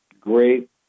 great